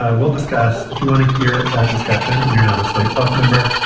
ah we'll discuss. if you want to hear that discussion and you're not a slate plus member,